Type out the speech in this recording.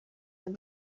when